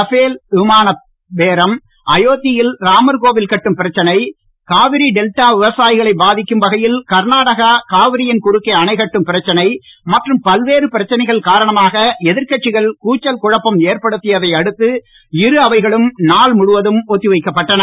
Rafale போர் விமான பேரம் அயோத்தியில் ராமர் கோவில் கட்டும் பிரச்சனை காவிரி டெல்டா விவசாயிகளை பாதிக்கும் வகையில் கர்நாடகா காவிரியின் குறுக்கே அணை கட்டும் பிரச்சனை மற்றும் பல்வேறு பிரச்சனைகள் காரணமாக எதிர்க்கட்சிகள் கூச்சல் குழப்பம் ஏற்படுத்தியதை அடுத்து இரு அவைகளும் நாள் முழுவதும் ஒத்தி வைக்கப்பட்டன